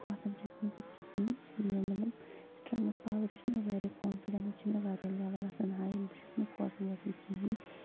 کھۄژان چھَس نہِ بہٕ کِہیٖنۍ میون مطلب سِٹرنگٕتھ پاور چھُ مےٚ واریاہ کونفِڈینس چھُ مےٚ واریاہ لیول آسان ہاے بہٕ چھَس نہٕ کھۄژان وۄژان کِہیٖنۍ